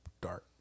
dark